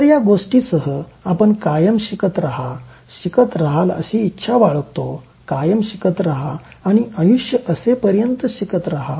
तर या गोष्टीसह आपण कायम शिकत रहा शिकत रहाल अशी इच्छा बाळगतो कायम शिकत रहा आणि आयुष्य असेपर्यंत शिकत रहा